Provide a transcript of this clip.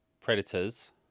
Predators